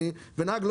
ואומרים לי נהג,